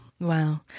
wow